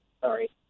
Sorry